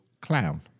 clown